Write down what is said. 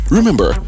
Remember